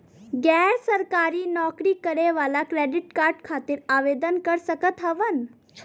गैर सरकारी नौकरी करें वाला क्रेडिट कार्ड खातिर आवेदन कर सकत हवन?